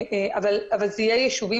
לשאלתך לגבי הנושא